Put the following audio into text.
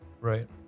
right